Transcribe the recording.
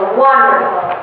wonderful